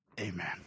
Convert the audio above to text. Amen